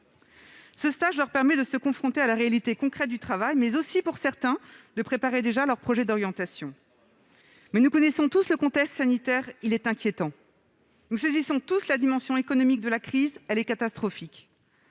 obligatoire leur permet de se confronter à la réalité concrète du travail, mais aussi, pour certains, de préparer déjà leur projet d'orientation. Nous connaissons tous le contexte sanitaire actuel : il est inquiétant. Nous saisissons tous la dimension économique de la crise : elle est catastrophique.